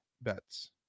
bets